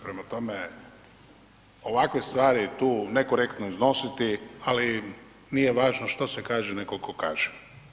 Prema tome, ovakve stvari tu nekorektno iznositi, ali nije važno što se kaže, nego tko kaže.